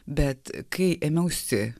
bet kai ėmiausi